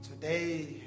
today